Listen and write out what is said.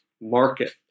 market